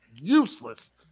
useless